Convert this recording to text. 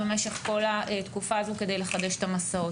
במשך כל התקופה הזאת כדי לחדש את המסעות.